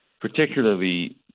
particularly